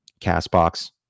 Castbox